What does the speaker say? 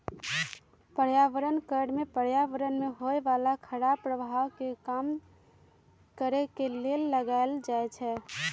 पर्यावरण कर में पर्यावरण में होय बला खराप प्रभाव के कम करए के लेल लगाएल जाइ छइ